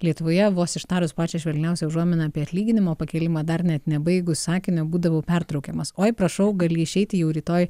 lietuvoje vos ištarus pačią švelniausią užuominą apie atlyginimo pakėlimą dar net nebaigus sakinio būdavau pertraukiamas oi prašau gali išeiti jau rytoj